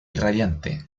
radiante